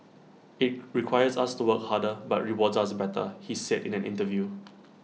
IT requires us to work harder but rewards us better he said in an interview